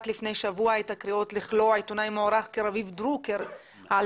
לפני שבוע את הקריאות לכלוא עיתונאי מוערך כרביב דרוקר על